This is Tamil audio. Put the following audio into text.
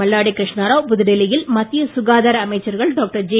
மல்லாடி கிருஷ்ணராவ் புதுடில்லியில் மத்திய சுகாதார அமைச்சர் டாக்டர் ஜே